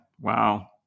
Wow